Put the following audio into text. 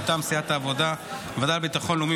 מטעם סיעת העבודה: בוועדה לביטחון לאומי,